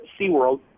SeaWorld